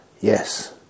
Yes